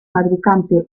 fabricante